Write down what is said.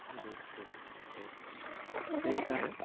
make it it bigger